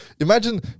imagine